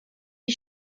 die